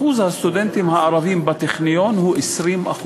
אחוז הסטודנטים הערבים בטכניון הוא 20%,